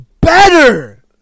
better